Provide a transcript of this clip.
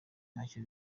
ntacyo